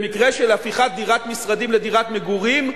במקרה של הפיכת דירת משרדים לדירת מגורים,